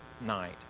night